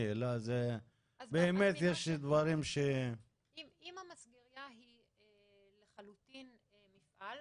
באמת יש דברים ש- -- אם המסגרייה היא לחלוטין מפעל,